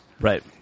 right